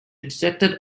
detected